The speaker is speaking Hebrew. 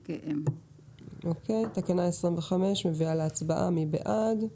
נצביע על תקנה 25, מי בעד?